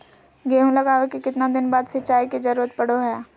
गेहूं लगावे के कितना दिन बाद सिंचाई के जरूरत पड़ो है?